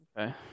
Okay